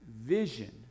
vision